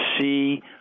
see